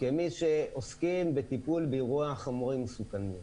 כמי שעוסקים בטיפול באירוע חומרים מסוכנים: